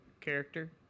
character